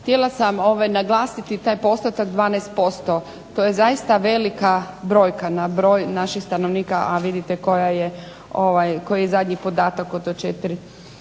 htjela sam naglasiti taj postotak 12%. To je zaista velika brojka na broj naših stanovnika, a vidite koji je zadnji podatak od 4